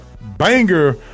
banger